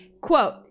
Quote